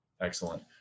Excellent